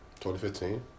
2015